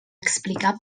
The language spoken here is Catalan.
explicar